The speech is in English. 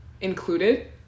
included